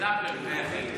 זה הפירוק.